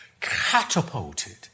catapulted